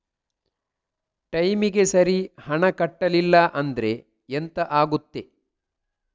ಟೈಮಿಗೆ ಸರಿ ಹಣ ಕಟ್ಟಲಿಲ್ಲ ಅಂದ್ರೆ ಎಂಥ ಆಗುತ್ತೆ?